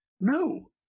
No